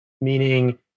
meaning